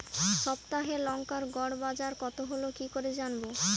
সপ্তাহে লংকার গড় বাজার কতো হলো কীকরে জানবো?